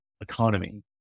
economy